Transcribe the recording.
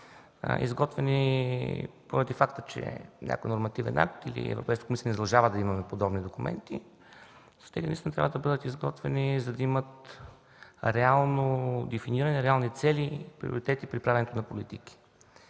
изготвяни, поради факта че някой нормативен акт или Европейската комисия ни задължава да имаме подобни документи. Стратегиите наистина трябва да бъдат изготвяни, за да има реално дефиниране, реални цели, приоритети при правеното на политики.